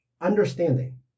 understanding